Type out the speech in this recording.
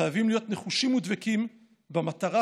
חייבים להיות נחושים ודבקים במטרה,